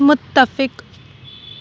متفق